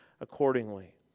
accordingly